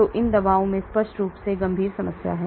तो इन दवाओं में स्पष्ट रूप से गंभीर समस्या है